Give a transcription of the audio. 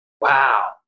wow